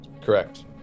Correct